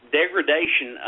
degradation